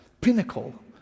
pinnacle